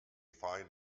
find